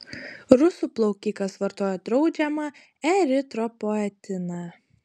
rusų plaukikas vartojo draudžiamą eritropoetiną